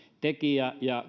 tekijä ja